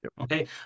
Okay